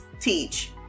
teach